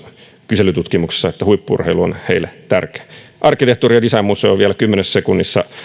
kyselytutkimuksissa että huippu urheilu on heille tärkeää arkkitehtuuri ja designmuseo vielä kymmenessä sekunnissa